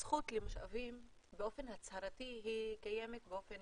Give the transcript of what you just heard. הזכות למשאבים באופן הצהרתי קיימת באופן